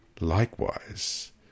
likewise